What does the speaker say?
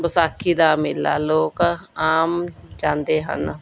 ਵਿਸਾਖੀ ਦਾ ਮੇਲਾ ਲੋਕ ਆਮ ਜਾਂਦੇ ਹਨ